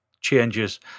changes